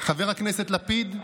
חבר הכנסת לפיד?